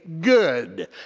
good